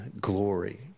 glory